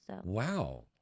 Wow